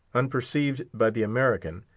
unperceived by the american,